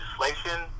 legislation